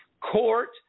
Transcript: court